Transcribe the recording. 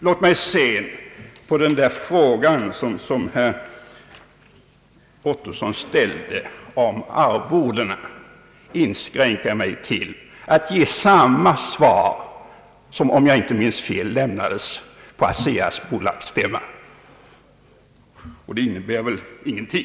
Låt mig sedan på herr Ottossons fråga om arvodena inskränka mig till att ge samma svar som, om jag inte minns fel, lämnades på ASEA:s bolagsstämma, och det innebar väl inget svar alls.